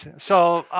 so